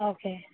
okay